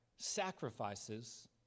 Sacrifices